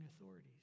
authorities